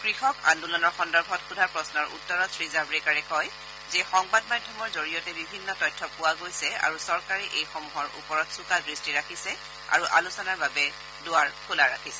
কৃষক আন্দোলনৰ সন্দৰ্ভত সোধা প্ৰশ্নৰ উত্তৰত শ্ৰীজাম্ৰেকাৰে কয় যে সংবাদ মাধ্যমৰ জৰিয়তে বিভিন্ন তথ্য পোৱা গৈছে আৰু চৰকাৰে এইসমূহৰ ওপৰত চোকা দৃষ্টি ৰাখিছে আৰু আলোচনাৰ বাবে দুৱাৰ খোলা ৰাখিছে